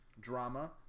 drama